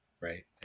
right